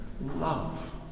love